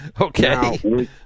Okay